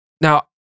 now